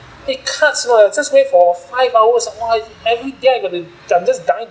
it cuts lah just wear for five hours uh !wah! everyday I gotta I'm just dying